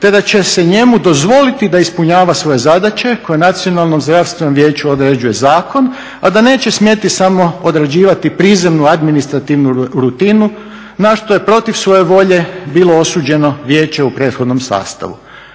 te da će se njemu dozvoliti da ispunjava svoje zadaće koje Nacionalnom zdravstvenom vijeću određuje zakon a da neće smjeti samo odrađivati prizemnu administrativnu rutinu na što je protiv svoje volje bilo osuđeno Vijeće u prethodnom sastavu.